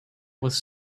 was